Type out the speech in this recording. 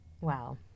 Wow